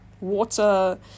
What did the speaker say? water